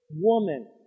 woman